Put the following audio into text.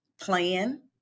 plan